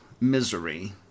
Misery